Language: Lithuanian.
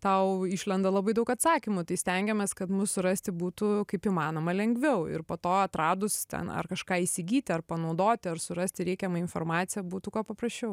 tau išlenda labai daug atsakymų tai stengiamės kad mus surasti būtų kaip įmanoma lengviau ir po to atradus ten ar kažką įsigyti ar panaudoti ar surasti reikiamą informaciją būtų kuo paprasčiau